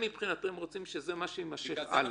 מבחינתכם רוצים שזה מה שיימשך הלאה.